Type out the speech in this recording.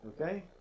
okay